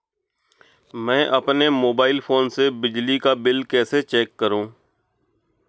मैं अपने mobile phone से बिजली का बिल कैसे चेक करूं?